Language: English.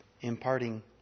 imparting